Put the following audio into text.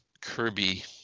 Kirby